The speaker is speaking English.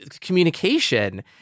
Communication